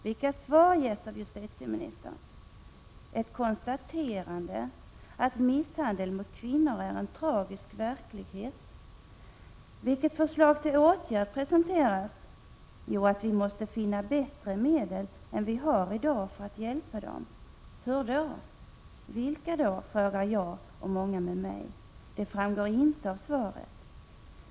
Vilket svar ges av justitieministern? Jo, ett konstaterande att misshandel mot kvinnor är en tragisk verklighet. 15 Vilket förslag till åtgärd presenteras? Jo, att vi måste finna bättre medel än vi har i dag för att hjälpa dem. Hur då? Vilka då? frågar jag och många med mig. Det framgår inte av svaret.